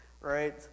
right